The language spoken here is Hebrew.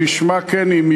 וכשמה כן היא,